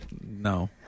no